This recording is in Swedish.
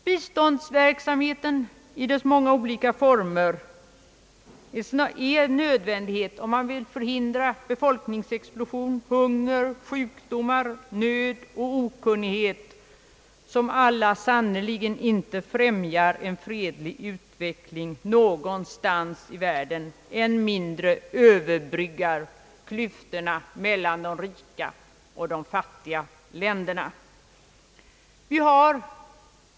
Biståndsverksamheten i dessa många former är en nödvändighet om man vill hejda befolkningsexplosion, hunger, sjukdomar, nöd och okunnighet, som sannerligen inte främjar en fredlig utveckling någonstans i världen, än mindre överbryggar klyftorna mellan de rika och de fattiga länderna.